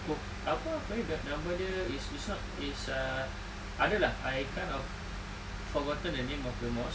oh tak apa-apa nama dia is is not it's a adalah I kind of forgotten the name of the mosque